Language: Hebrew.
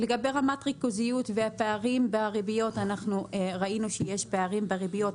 לגבי רמת ריכוזיות והפערים בריביות אנחנו ראינו שיש פערים בריביות,